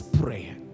prayer